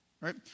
right